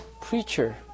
preacher